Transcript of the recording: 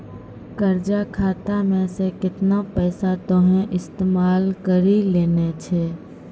कर्जा खाता मे से केतना पैसा तोहें इस्तेमाल करि लेलें छैं